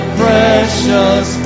precious